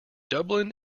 dublin